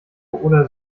oder